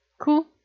Cool